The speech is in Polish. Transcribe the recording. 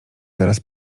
zaraz